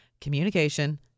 communication